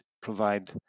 provide